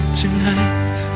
tonight